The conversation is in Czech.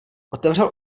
otevřel